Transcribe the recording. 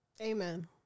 Amen